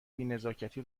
بینزاکتی